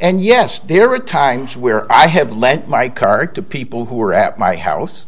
and yes there are times where i have let my card to people who are at my house